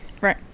right